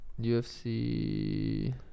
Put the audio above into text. UFC